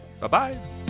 bye-bye